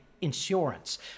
insurance